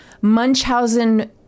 Munchausen